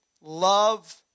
love